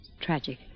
Tragic